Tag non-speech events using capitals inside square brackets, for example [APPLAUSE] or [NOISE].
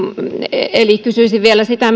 eli kysyisin ministeriltä vielä sitä [UNINTELLIGIBLE]